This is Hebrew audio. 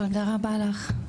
ט': תודה רבה לך.